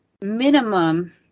minimum-